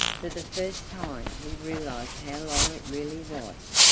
for the first time he realized how long it really was,